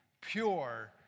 Pure